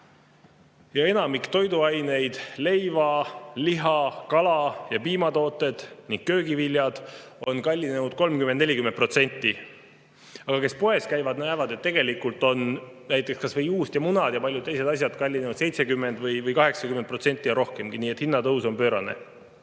ja enamik toiduaineid – leiva‑, liha‑, kala‑ ja piimatooted ning köögiviljad – on kallinenud 30–40%. Aga kes poes käivad, näevad, et tegelikult on näiteks kas või juust ja munad ja paljud teised asjad kallinenud 70% või 80% ja rohkemgi, nii et hinnatõus on pöörane.